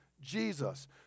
Jesus